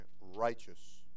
righteous